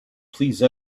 please